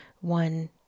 one